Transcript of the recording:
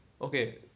okay